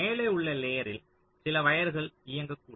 மேலே உள்ள லேயரில் சில வயர்கள் இயங்கக்கூடும்